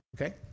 Okay